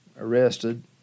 arrested